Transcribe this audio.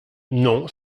non